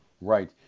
Right